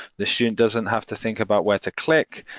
the student doesn't have to think about where to click.